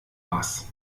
was